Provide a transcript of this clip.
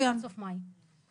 יש מקור תקציבי להארכה